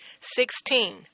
Sixteen